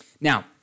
Now